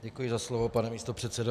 Děkuji za slovo, pane místopředsedo.